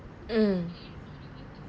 mm